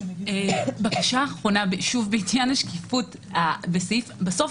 בקשה אחרונה בעניין השקיפות בסוף